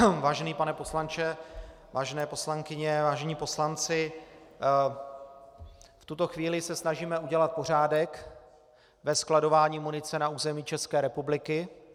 Vážený pane poslanče, vážené poslankyně, vážení poslanci, v tuto chvíli se snažíme udělat pořádek ve skladování munice na území České republiky.